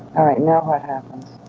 alright, now what happens?